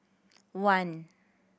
one